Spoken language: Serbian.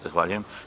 Zahvaljujem.